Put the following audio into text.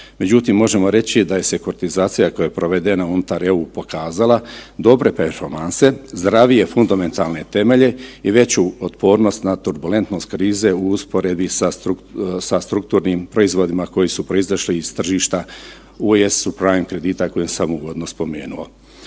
Međutim, možemo reći da je sekturitizacija koja je provedena unutar EU pokazala dobre performanse, zdravije fundamentalne temelje i veću otpornost na turbulentnost krize u usporedbi sa strukturnim proizvodima koji su proizašli iz tržišta …/nerazumljivo/… kredita koje sam uvodno spominjao.